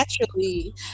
naturally